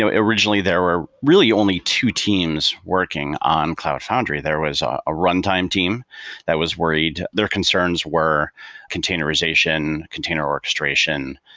and originally there were really only two teams working on cloud foundry. there was a runtime team that was worried their concerns were containerization, container orchestration,